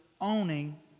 owning